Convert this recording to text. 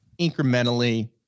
incrementally